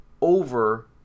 over